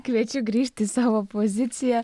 kviečiu grįšti į savo poziciją